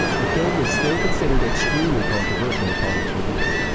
the film was still considered extremely controversial upon its release.